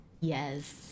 Yes